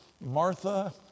Martha